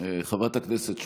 חברת הכנסת שפק,